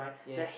yes